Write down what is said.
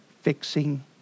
fixing